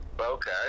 Okay